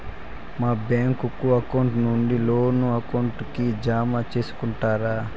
మా bank account నుండి loan account కి జామ సేసుకుంటారా?